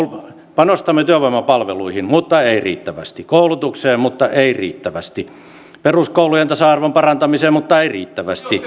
panostamme työvoimapalveluihin mutta ei riittävästi koulutukseen mutta ei riittävästi peruskoulujen tasa arvon parantamiseen mutta ei riittävästi